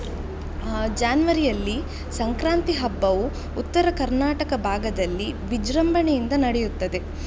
ಜ್ಯಾನ್ವರಿಯಲ್ಲಿ ಸಂಕ್ರಾಂತಿ ಹಬ್ಬವು ಉತ್ತರ ಕರ್ನಾಟಕ ಭಾಗದಲ್ಲಿ ವಿಜೃಂಭಣೆಯಿಂದ ನಡೆಯುತ್ತದೆ